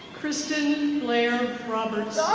kristen blaire roberts.